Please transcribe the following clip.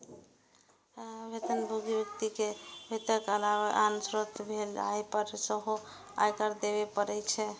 वेतनभोगी व्यक्ति कें वेतनक अलावा आन स्रोत सं भेल आय पर सेहो आयकर देबे पड़ै छै